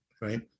right